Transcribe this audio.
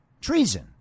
treason